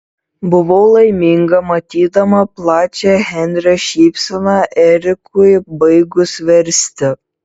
buvau laiminga matydama plačią henrio šypseną erikui baigus versti